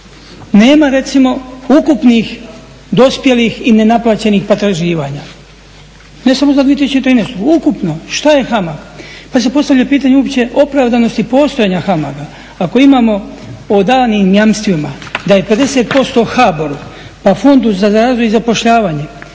recimo nema ukupnih dospjelih i nenaplaćenih potraživanja ne samo za 2013.ukupno, šta je HAMAG. Pa se postavlja pitanje uopće opravdanosti postojanosti HAMAG-a. ako imamo o danim jamstvima da je 50% HBOR-u pa Fondu za razvoj i zapošljavanje